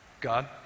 God